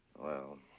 well,